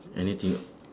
anything ah